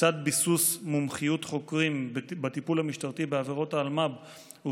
לצד ביסוס מומחיות חוקרים בטיפול המשטרתי בעבירות האלימות במשפחה,